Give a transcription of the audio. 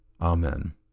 Amen